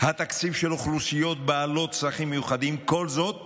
התקציב של אוכלוסיות בעלות צרכים מיוחדים, כל זאת